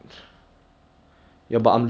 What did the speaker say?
for me is objective where I go eh